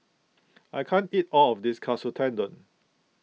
I can't eat all of this Katsu Tendon